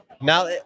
now